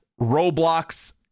Roblox